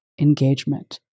engagement